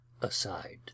aside